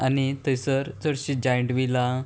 आनी थंयसर चडशीं जायण्ट विलां